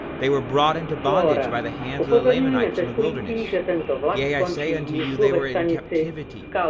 they were brought into bondage by the hands of the lamanites in the wilderness yea, i say unto you, they were in captivity,